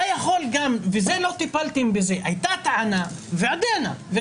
יש עוד דבר שאתה גם יכול ובזה לא טיפלתם: הייתה טענה ועודנה,